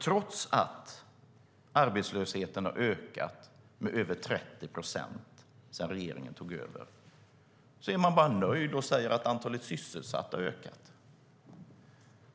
Trots att arbetslösheten har ökat med över 30 procent sedan regeringen tog över är man nöjd och säger att antalet sysselsatta har ökat.